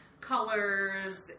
Colors